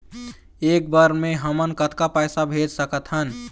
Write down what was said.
एक बर मे हमन कतका पैसा भेज सकत हन?